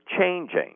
changing